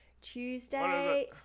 Tuesday